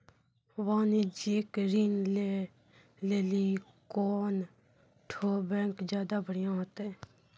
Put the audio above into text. वाणिज्यिक ऋण लै लेली कोन ठो बैंक ज्यादा बढ़िया होतै?